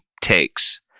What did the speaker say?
takes